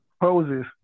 poses